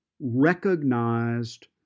recognized